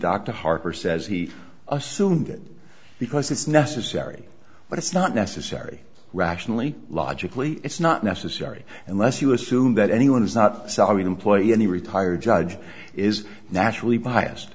dr harper says he assumed it because it's necessary but it's not necessary rationally logically it's not necessary unless you assume that anyone is not salaried employee any retired judge is naturally biased